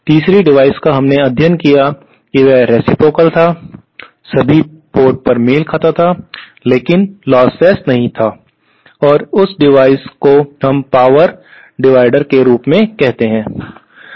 तीसरी डिवाइस का हमने अध्ययन किया था वह रेसिप्रोकाल था सभी पोर्ट पर मेल खाता था लेकिन लॉसलेस नहीं था और उस डिवाइस को हम पावर डिविडेंड के रूप में कहते हैं